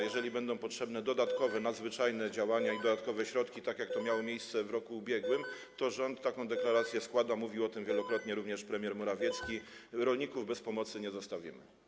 Jeżeli będą potrzebne nadzwyczajne działania i dodatkowe środki, tak jak to miało miejsce w roku ubiegłym, to rząd taką deklarację składa - mówił o tym wielokrotnie również premier Morawiecki - że rolników bez pomocy nie zostawimy.